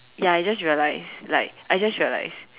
ya I just realized like I just realized